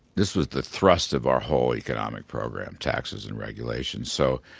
this was the thrust of our whole economic program taxes and regulations. so,